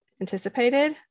anticipated